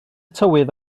tywydd